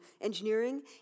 engineering